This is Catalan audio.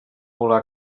volar